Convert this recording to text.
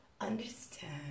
understand